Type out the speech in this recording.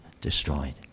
destroyed